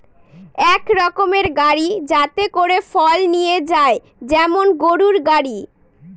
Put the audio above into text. এক রকমের গাড়ি যাতে করে ফল নিয়ে যায় যেমন গরুর গাড়ি